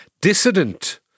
dissident